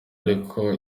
ariko